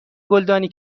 گلدانی